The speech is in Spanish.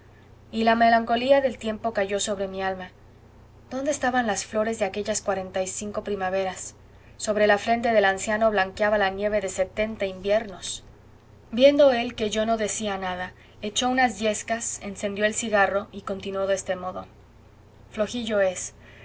y la melancolía del tiempo cayó sobre mi alma dónde estaban las flores de aquellas cuarenta y cinco primaveras sobre la frente del anciano blanqueaba la nieve de setenta inviernos viendo él que yo no decía nada echó unas yescas encendió el cigarro y continuó de este modo flojillo es